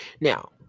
Now